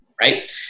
right